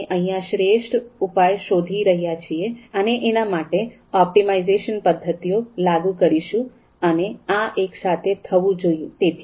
આપણે અહિયાં શ્રેષ્ઠ ઉપાય શોધી રહ્યા છીએ અને એના માટે ઓપ્ટિમાઇઝેશન પદ્ધતિઓ લાગુ કરીશું અને આ એક સાથે થવું જોઈએ